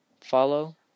Follow